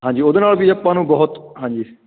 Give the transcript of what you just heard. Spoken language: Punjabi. ਹਾਂਜੀ ਉਹਦੇ ਨਾਲ ਵੀ ਆਪਾਂ ਨੂੰ ਬਹੁਤ ਹਾਂਜੀ